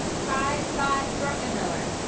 ty scott druckenmiller.